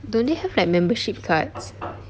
don't they have like membership cards